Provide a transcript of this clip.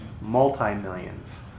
multi-millions